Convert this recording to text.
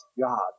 God